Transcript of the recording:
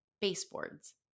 baseboards